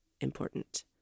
important